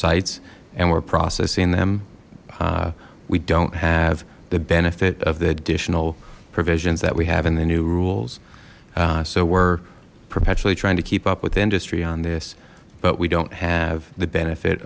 sites and we're processing them we don't have the benefit of the additional provisions that we have in the new rules so we're perpetually trying to keep up with industry on this but we don't have the benefit